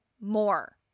more